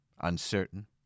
uncertain